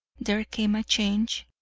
there came a change.